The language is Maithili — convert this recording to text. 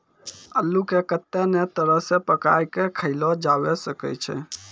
अल्लू के कत्ते नै तरह से पकाय कय खायलो जावै सकै छै